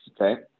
Okay